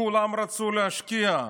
כולם רצו להשקיע.